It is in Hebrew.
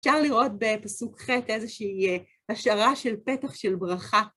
אפשר לראות בפסוק ח' איזושהי השערה של פתח של ברכה.